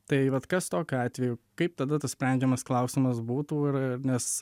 tai vat kas tokiu atveju kaip tada tas sprendžiamas klausimas būtų ir ir nes